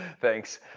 Thanks